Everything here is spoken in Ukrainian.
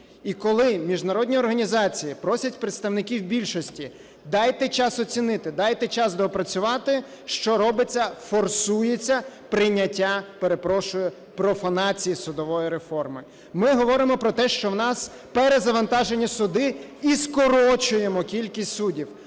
І коли міжнародні організації просять представників більшості: "Дайте час оцінити, дайте час доопрацювати", - що робиться? Форсується прийняття, перепрошую, профанації судової реформи. Ми говоримо про те, що в нас перезавантажені суди і скорочуємо кількість суддів.